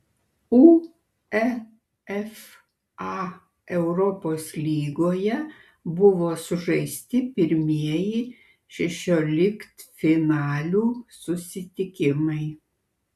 uefa europos lygoje buvo sužaisti pirmieji šešioliktfinalių susitikimai